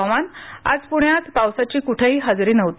हवामान आज पुण्यात पावसाची कुठेही हजेरी नव्हती